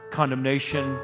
condemnation